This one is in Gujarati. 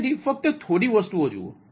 તેથી ફક્ત થોડી વધુ વસ્તુઓ જુઓ